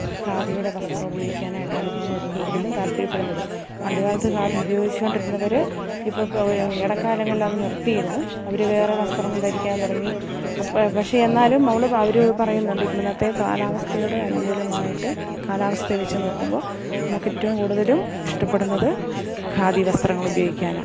ഖാദിയുടെ വസ്ത്രം ഉപയോഗിക്കാനായിട്ടാണ് ഇപ്പോൾ കൂടുതലും താല്പര്യപ്പെടുന്നത് പണ്ട് കാലത്ത് ഖാദി ഉപയോഗിച്ചുകൊണ്ടിരുന്നവര് ഇപ്പം ഇട കാലങ്ങളിലത് നിർത്തിയിരുന്നു അവര് വേറെ വസ്ത്രങ്ങൾ ധരിക്കാൻ തുടങ്ങി അപ്പം പക്ഷെ എന്നാലും മോള് അവര് പറയുന്നൊണ്ട് ഇന്നത്തെ കാലാവസ്ഥയുടെ അനുകൂലമായിട്ട് കാലാവസ്ഥയെ വച്ച് നോക്കുമ്പോൾ നമുക്കേറ്റവും കൂടുതലും ഇഷ്ടപ്പെടുന്നത് ഖാദി വസ്ത്രങ്ങളുപയോഗിക്കാനാണ്